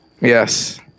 yes